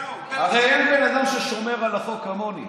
הרי אין בן אדם ששומר על החוק כמוני,